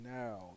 now